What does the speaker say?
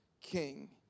king